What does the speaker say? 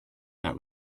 that